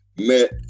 met